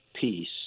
peace